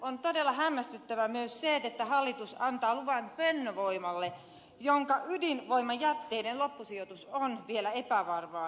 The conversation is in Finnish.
on todella hämmästyttävää myös se että hallitus antaa luvan fennovoimalle jonka ydinvoimajätteiden loppusijoitus on vielä epävarmaa